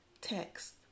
text